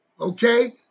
Okay